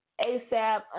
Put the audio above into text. ASAP